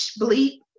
bleep